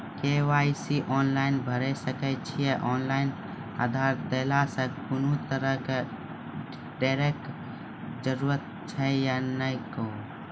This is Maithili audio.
के.वाई.सी ऑनलाइन भैरि सकैत छी, ऑनलाइन आधार देलासॅ कुनू तरहक डरैक जरूरत छै या नै कहू?